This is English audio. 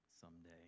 someday